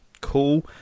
Cool